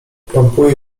pompuje